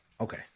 Okay